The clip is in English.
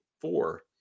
four